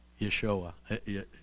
Yeshua